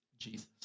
Jesus